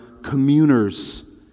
communers